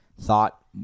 thought